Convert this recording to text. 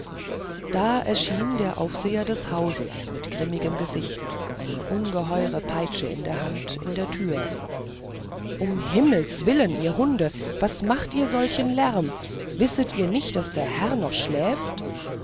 da erschien der aufseher des hauses mit grimmigem gesicht eine ungeheure peitsche in der hand in der türe um des himmels willen ihr hunde was macht ihr solchen lärm wisset ihr nicht daß der herr noch schläft